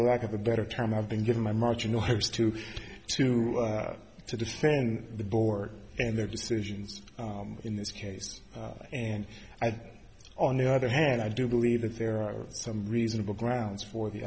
the lack of a better term i've been given my marching orders to to to defend the board and their decisions in this case and i think on the other hand i do believe that there are some reasonable grounds for the